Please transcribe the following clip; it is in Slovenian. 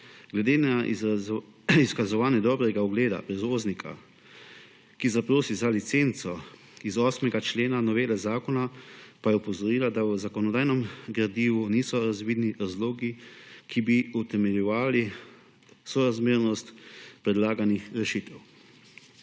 Glede na izkazovanje dobrega ugleda prevoznika, ki zaprosi za licenco iz 8. člena novele zakona, pa je opozorila, da v zakonodajnem gradivu niso razvidni razlogi, ki bi utemeljevali sorazmernost predlaganih rešitev.